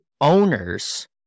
Owners